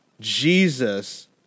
Jesus